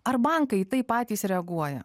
ar bankai į tai patys reaguoja